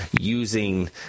using